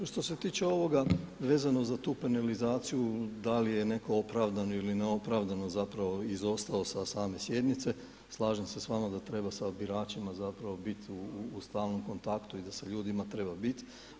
Što se tiče ovoga vezano za tu penalizaciju, da li je netko opravdano ili neopravdano zapravo izostao sa same sjednice, slažem se s vama da treba sa biračima zapravo biti u stalnom kontaktu i da sa ljudima treba biti.